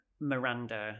miranda